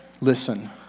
listen